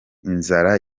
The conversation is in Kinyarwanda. inzara